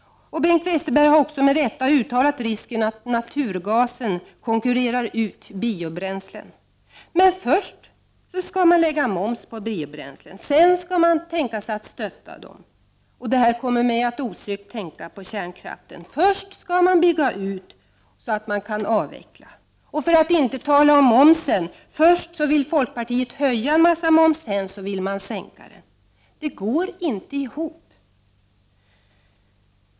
Bengt Westerberg har också med rätta pekat på risken att naturgasen konkurrerar ut biobränslen. Men först skall man lägga moms på biobränslen. Sedan kan man tänka sig att stötta utvecklingen av dessa bränslen. Det här kommer mig att osökt tänka på kärnkraften. Först skall man bygga ut så att man kan aveckla. För att inte tala om momsen: Först vill folkpartiet höja en massa moms, sedan vill man sänka den. Det går inte ihop!